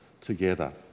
together